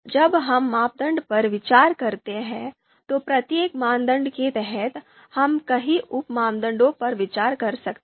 जब हम मापदंड पर विचार करते हैं तो प्रत्येक मानदंड के तहत हम कई उप मानदंडों पर विचार कर सकते हैं